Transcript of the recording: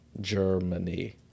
Germany